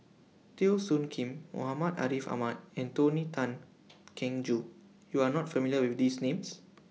Teo Soon Kim Muhammad Ariff Ahmad and Tony Tan Keng Joo YOU Are not familiar with These Names